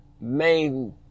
main